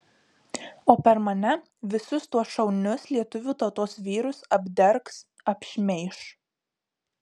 o per mane visus tuos šaunius lietuvių tautos vyrus apdergs apšmeiš